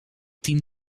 tien